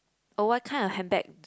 oh what kind of handbag